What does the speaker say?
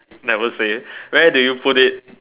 never say where do you put it